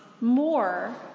more